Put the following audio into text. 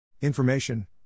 Information